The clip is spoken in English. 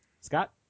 Scott